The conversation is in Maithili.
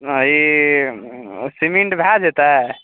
हँ ई सीमिंट भए जेतै